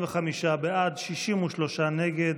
45 בעד, 63 נגד.